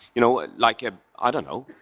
you know ah like, ah i don't know,